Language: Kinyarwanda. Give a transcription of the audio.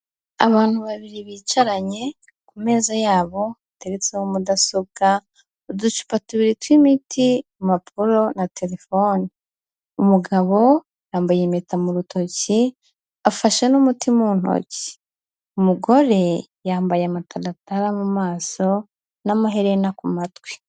Abantu babiri bicaranye, ku meza yabo hatetseho mudasobwa, uducupa tubiri tw'imiti, impapuro na telefone. Umugabo yambaye impeta mu rutoki, afashe n'umuti mu ntoki. Umugore yambaye amataratara mu maso n'amaherena ku matwi.